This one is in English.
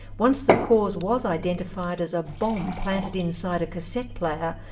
once the cause was identified as a bomb planted inside a cassette player,